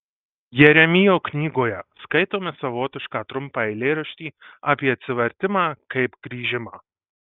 jeremijo knygoje skaitome savotišką trumpą eilėraštį apie atsivertimą kaip grįžimą